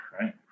right